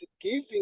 giving